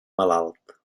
malalt